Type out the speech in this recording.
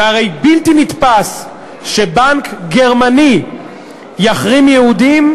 זה הרי בלתי נתפס שבנק גרמני יחרים יהודים,